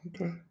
Okay